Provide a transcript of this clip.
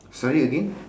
sorry again